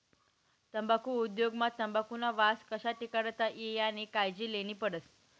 तम्बाखु उद्योग मा तंबाखुना वास कशा टिकाडता ई यानी कायजी लेन्ही पडस